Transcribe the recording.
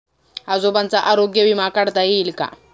आजोबांचा आरोग्य विमा काढता येईल का?